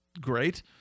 great